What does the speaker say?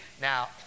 Now